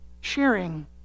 sharing